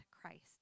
Christ